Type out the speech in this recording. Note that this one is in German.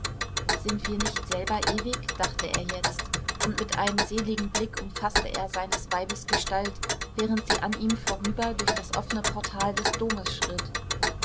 sind wir nicht selber ewig dachte er jetzt und mit einem seligen blick umfaßte er seines weibes gestalt während sie an ihm vorüber durch das offne portal des domes schritt